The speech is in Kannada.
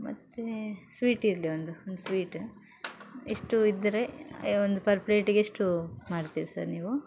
ಮತ್ತು ಸ್ವೀಟ್ ಇರಲಿ ಒಂದು ಒಂದು ಸ್ವೀಟ್ ಇಷ್ಟು ಇದ್ದರೆ ಈ ಒಂದು ಪರ್ ಪ್ಲೇಟಿಗೆ ಎಷ್ಟು ಮಾಡ್ತೀರ ಸರ್ ನೀವು